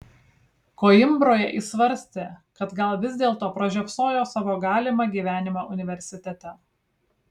koimbroje jis svarstė kad gal vis dėlto pražiopsojo savo galimą gyvenimą universitete